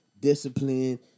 discipline